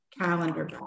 calendar